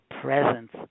presence